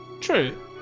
True